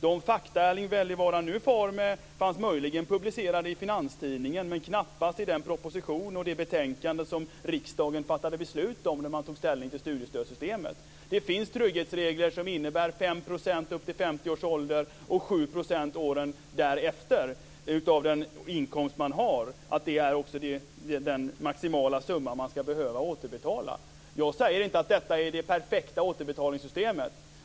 De fakta Erling Wälivaara nu far med fanns möjligen publicerade i Finanstidning men knappast i den proposition och i det betänkande som riksdagen fattade beslut om när den tog ställning till studiestödssystemet. Det finns trygghetsregler som innebär att man betalar 5 % upp till 50 års ålder och 7 % åren därefter av den inkomst man har. Det är också den maximala summa man ska behöva återbetala. Jag säger inte att detta är det perfekta återbetalningssystemet.